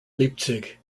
leipzig